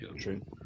true